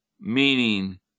meaning